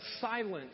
silent